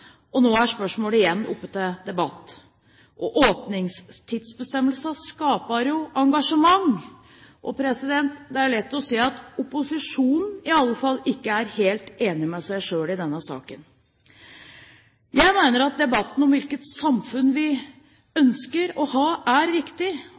Og nå er spørsmålet igjen oppe til debatt. Åpningstidsbestemmelsene skaper engasjement. Det er lett å se at opposisjonen i alle fall ikke er helt enig med seg selv i denne saken. Jeg mener at debatten om hvilket samfunn vi